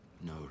No